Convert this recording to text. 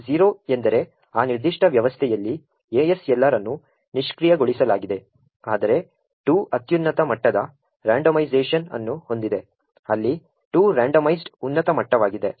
0 ಎಂದರೆ ಆ ನಿರ್ದಿಷ್ಟ ವ್ಯವಸ್ಥೆಯಲ್ಲಿ ASLR ಅನ್ನು ನಿಷ್ಕ್ರಿಯಗೊಳಿಸಲಾಗಿದೆ ಆದರೆ 2 ಅತ್ಯುನ್ನತ ಮಟ್ಟದ ರಂಡೋಮೈಸೇಶನ್ ಅನ್ನು ಹೊಂದಿದೆ ಅಲ್ಲಿ 2 ರಂಡೋಮೈಸ್ಡ್ ಉನ್ನತ ಮಟ್ಟವಾಗಿದೆ